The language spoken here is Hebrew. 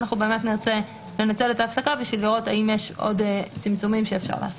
אנחנו באמת ננצל את ההפסקה כדי לראות האם יש עוד צמצומים שאפשר לעשות.